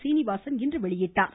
சீனிவாசன் இன்று வெளியிட்டார்